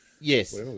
Yes